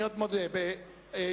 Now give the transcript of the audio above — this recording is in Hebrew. אני מודה לך.